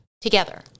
Together